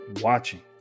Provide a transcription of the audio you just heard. watching